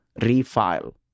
refile